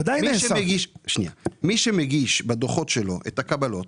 מי שמגיש בדוחות שלו את הקבלות